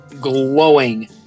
glowing